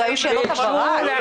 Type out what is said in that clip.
אלה היו שאלות הבהרה.